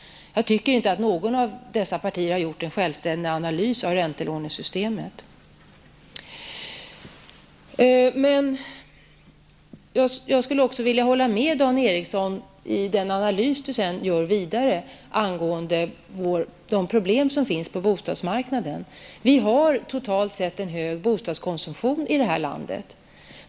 Jag tycker inte att något av dessa partier har gjort en självständig analys av räntelånesystemet. Men jag skulle vilja hålla med Dan Eriksson i den analys han sedan gör angående de problem som finns på bostadsmarknaden. Vi har totalt sett en hög bostadskonsumtion här i landet.